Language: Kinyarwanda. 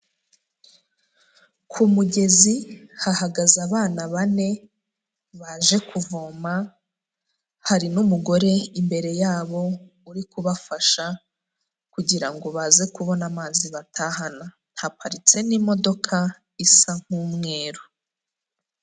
Ku mugezi hahagaze abana bane baje kuvoma, hari n'umugore imbere yabo uri kubafasha kugira ngo baze kubona amazi batahana, haparitse n'imodoka isa nk'umweru.